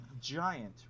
giant